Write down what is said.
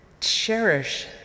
cherish